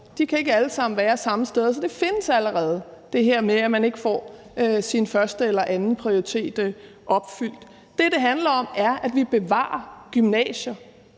De kan ikke alle sammen være samme sted. Så det her med, at man ikke får sin første- eller andenprioritet opfyldt, findes allerede. Det, det handler om, er, at vi bevarer gymnasier